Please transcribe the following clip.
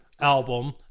album